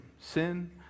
Sin